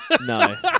No